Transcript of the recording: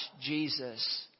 Jesus